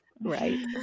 right